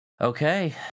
Okay